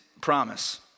promise